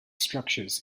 structures